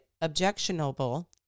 objectionable